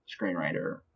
screenwriter